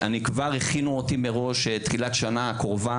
כבר הכינו אותי מראש תחילת השנה הקרובה,